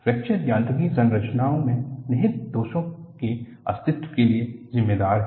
fracture यांत्रिकी संरचनाओं में निहित दोषों के अस्तित्व के लिए जिम्मेदार है